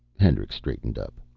hendricks straightened up.